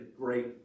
great